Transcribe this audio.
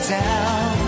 down